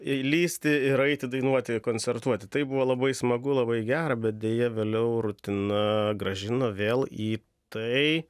įlįsti ir eiti dainuoti koncertuoti tai buvo labai smagu labai gera bet deja vėliau rutina grąžino vėl į tai